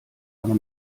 aber